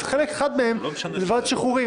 וחלק אחד מהם זה ועדת שחרורים.